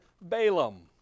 Balaam